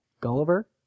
Gulliver